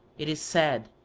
it is said,